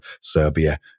serbia